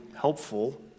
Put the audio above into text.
helpful